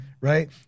Right